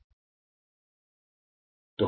B0 J B